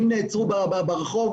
נערים נעצרו ברחוב,